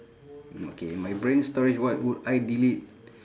okay my brain storage what would I delete